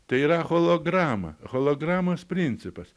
tai yra holograma hologramos principas